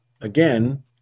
again